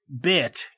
bit